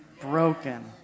broken